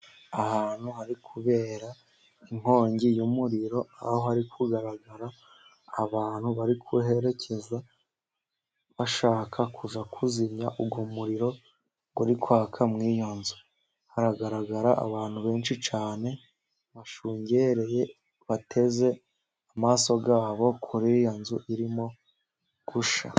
Ahantu hari kubera inkongi y'umuriro, aho hari kugaragara abantu bari kuherekeza bashaka kuza kuzimya uwo muriro uri kwaka muri iyo nzu, haragaragara abantu benshi cyane bashungereye bateze amaso yabo kure iyo nzu irimo gushya.